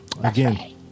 again